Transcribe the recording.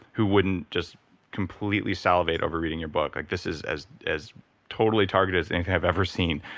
who wouldn't just completely salivate over reading your book. like this is as as totally targeted as anything i've ever seen.